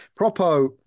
Propo